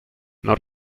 non